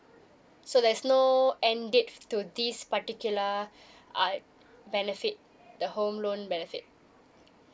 so there's no end date to this particular uh benefit the home loan benefit